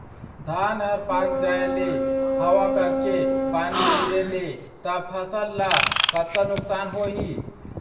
धान हर पाक जाय ले हवा करके पानी गिरे ले त फसल ला कतका नुकसान होही?